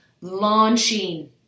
launching